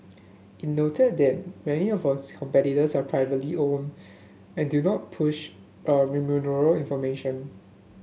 it noted that many of its competitors are privately owned and do not push a information